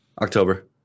October